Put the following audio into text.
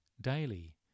daily